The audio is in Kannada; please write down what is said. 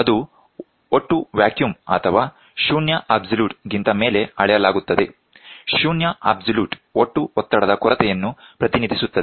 ಅದು ಒಟ್ಟು ವ್ಯಾಕ್ಯೂಮ್ ಅಥವಾ ಶೂನ್ಯ ಅಬ್ಸಲ್ಯೂಟ್ ಗಿಂತ ಮೇಲೆ ಅಳೆಯಲಾಗುತ್ತದೆ ಶೂನ್ಯ ಅಬ್ಸಲ್ಯೂಟ್ ಒಟ್ಟು ಒತ್ತಡದ ಕೊರತೆಯನ್ನು ಪ್ರತಿನಿಧಿಸುತ್ತದೆ